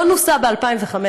לא נוסה ב-2005,